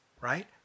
right